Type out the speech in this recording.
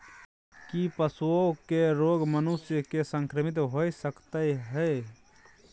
की पशुओं के रोग मनुष्य के संक्रमित होय सकते है?